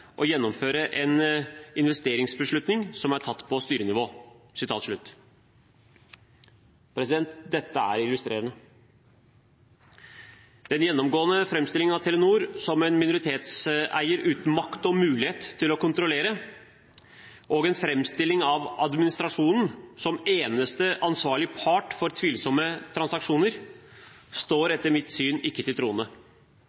illustrerende. Den gjennomgående framstillingen av Telenor som en minoritetseier uten makt og mulighet til å kontrollere og en framstilling av administrasjonen som eneste ansvarlige part for tvilsomme transaksjoner, står etter mitt syn ikke til